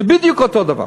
זה בדיוק אותו דבר.